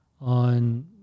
on